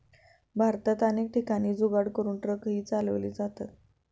भारतात अनेक ठिकाणी जुगाड करून ट्रकही चालवले जातात